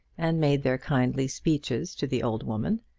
and made their kindly speeches to the old woman.